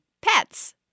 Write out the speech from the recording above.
pets